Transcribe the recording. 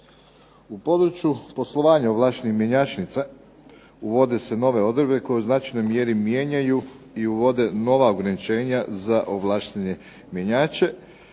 U području poslovanja ovlaštenih mjenjačnica uvode se nove odredbe koje u značajnoj mjeri mijenjaju i uvode nova ograničenja za ovlaštene mjenjače,